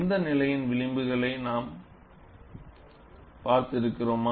இந்த நிலையின் விளிம்புகளை நாம் பார்த்திருக்கிறோமா